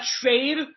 trade